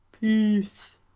Peace